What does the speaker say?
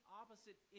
opposite